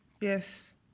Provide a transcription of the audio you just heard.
yes